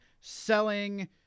selling